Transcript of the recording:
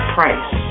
Price